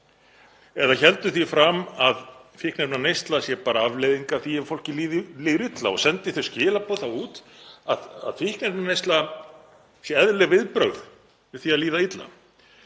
eða héldi því fram að fíkniefnaneysla væri bara afleiðing af því að fólki liði illa og sendu þau skilaboð út að fíkniefnaneysla væri eðlileg viðbrögð við því að líða illa.